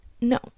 no